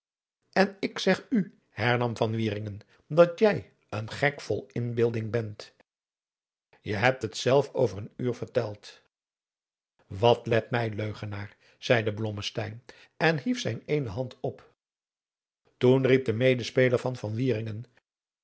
en ik zeg u hernam van wieringen dat jij een gek vol inbeelding bent je hebt het zelf over een uur verteld wat let mij leugenaar zeide blommesteyn en hief zijn eene hand op toen riep de medespeler van